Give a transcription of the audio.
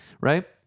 right